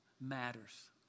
matters